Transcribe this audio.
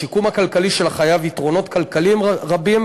לשיקום הכלכלי של החייב יתרונות כלכליים רבים,